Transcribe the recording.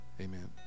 Amen